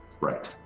Right